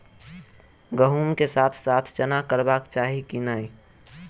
गहुम केँ साथ साथ चना करबाक चाहि की नै?